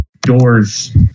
doors